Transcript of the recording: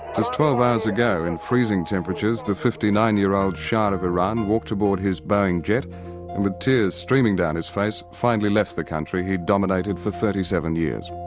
twelve hours ago in freezing temperatures, the fifty nine year old shah of iran walked aboard his boeing jet and with tears streaming down his face, finally left the country he'd dominated for thirty seven years.